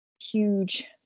huge